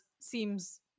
seems